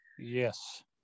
yes